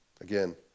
Again